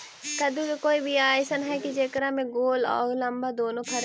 कददु के कोइ बियाह अइसन है कि जेकरा में गोल औ लमबा दोनो फरे?